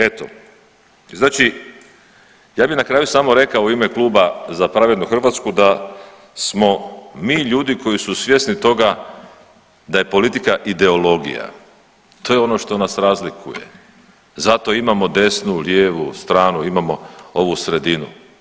Eto, znači ja bi na kraju samo rekao u ime Kluba Za pravednu Hrvatsku da smo mi ljudi koji su svjesni toga da je politika ideologija, to je ono što nas razlikuje, zato imamo desnu, lijevu stranu, imamo ovu sredinu.